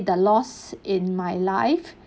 the loss in my life